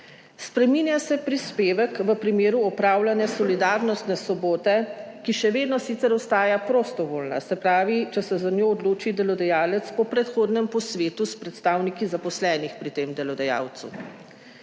Spreminja se prispevek v primeru opravljanja solidarnostne sobote, ki še vedno sicer ostaja prostovoljna, se pravi, če se za njo odloči delodajalec po predhodnem posvetu s predstavniki zaposlenih pri tem delodajalcu.